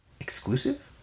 exclusive